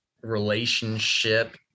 relationship